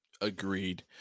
Agreed